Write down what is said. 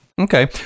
Okay